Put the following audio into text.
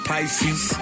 Pisces